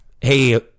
hey